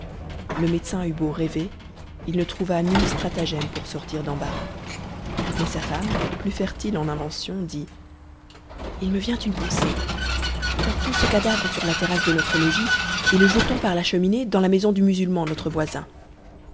le médecin eut beau rêver il ne trouva nul stratagème pour sortir d'embarras mais sa femme plus fertile en inventions dit il me vient une pensée portons ce cadavre sur la terrasse de notre logis et le jetons par la cheminée dans la maison du musulman notre voisin